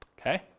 okay